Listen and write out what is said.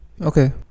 Okay